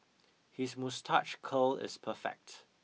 his moustache curl is perfect